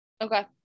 okay